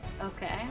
Okay